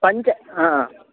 पञ्च हा